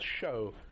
show